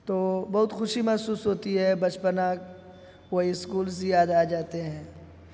تو بہت خوشی محسوس ہوتی ہے بچپنا وہ اسکولس یاد آ جاتے ہیں